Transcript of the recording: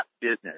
business